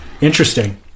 Interesting